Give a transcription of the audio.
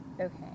Okay